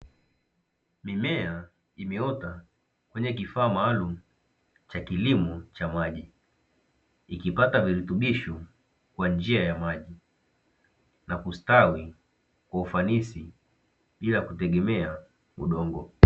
Mimea imeota kwenye kifaa maalumu cha kilimo cha maji, ikipata virutubisho kwa njia ya maji ja kustawi kwa ufanisi bila kutegemea udongo.